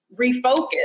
refocus